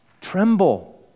Tremble